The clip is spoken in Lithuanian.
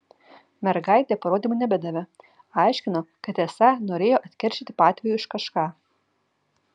mergaitė parodymų nebedavė aiškino kad esą norėjo atkeršyti patėviui už kažką